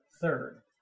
third